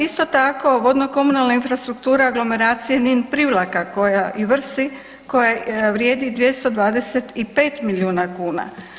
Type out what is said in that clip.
Isto tako vodno-komunalna infrastruktura aglomeracija Nin-Privlaka i Vrsi koja vrijedi 225 milijuna kuna.